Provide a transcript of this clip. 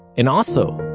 and also,